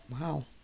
Wow